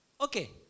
Okay